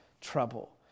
trouble